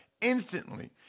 instantly